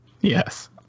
Yes